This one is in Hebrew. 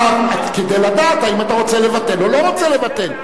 כדי לדעת האם אתה רוצה לבטל או לא רוצה לבטל.